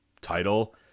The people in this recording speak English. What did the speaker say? title –